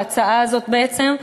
בהצעה הזאת בעצם,